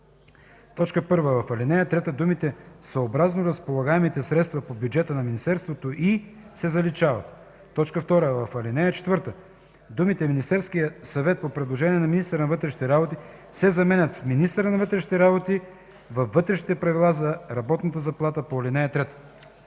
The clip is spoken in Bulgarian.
1. В ал. 3 думите „съобразно разполагаемите средства по бюджета на министерството и” се заличават. 2. В ал. 4 думите „Министерския съвет по предложение на министъра на вътрешните работи” се заменят с „министъра на вътрешните работи във вътрешните правила за работната заплата по ал. 3”.